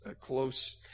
close